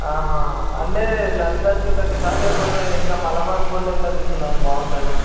ఆహా అంటే లలిత జువెలరీసా లేకపోతే ఇంకా మలబార్ గోల్డ్లో తీసుకుందామా బాగుంటుంది